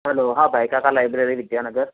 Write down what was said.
hello હા ભાઈ કાકા લાઈબ્રેરી વિદ્યાનગર